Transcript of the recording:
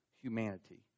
humanity